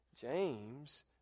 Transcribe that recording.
James